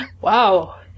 Wow